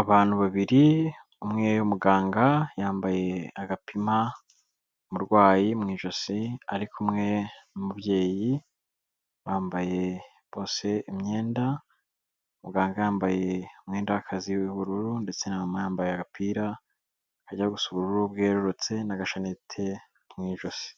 Abantu babiri umwe w'umuganga yambaye agapima umurwayi mu ijosi, ari kumwe n'umubyeyi bambaye bose imyenda, muganga yambaye umwenda w'akazi w'ubururu, ndetse na mama yambaye agapira kajya gusa ubururu bwerurutse na gashaneti mu ijosi.